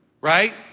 right